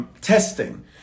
Testing